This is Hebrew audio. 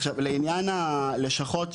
עכשיו, לעניין הלשכות,